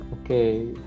okay